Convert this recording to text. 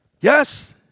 Yes